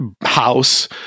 house